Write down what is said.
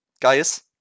guys